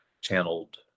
channeled